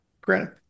Granted